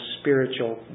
spiritual